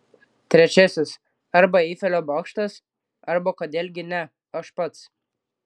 trečiasis arba eifelio bokštas arba kodėl gi ne aš pats